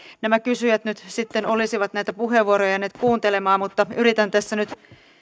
nämä kysyjät nyt sitten olisivat näitä puheenvuoroja jääneet kuuntelemaan mutta yritän tässä nyt